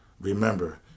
Remember